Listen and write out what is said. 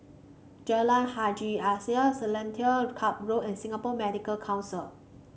Jalan Haji Alias Seletar Club Road and Singapore Medical Council